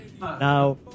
Now